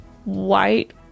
White